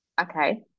Okay